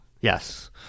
Yes